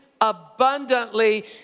abundantly